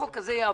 החוק הזה יעבור.